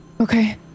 okay